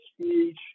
speech